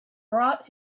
brought